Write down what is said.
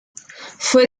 fue